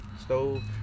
stove